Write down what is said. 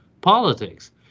politics